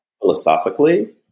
philosophically